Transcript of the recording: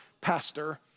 pastor